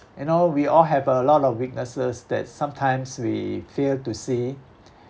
you know we all have a lot of weaknesses that sometimes we fail to see